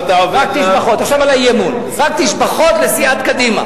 עכשיו אתה עובר, רק תשבחות לסיעת קדימה.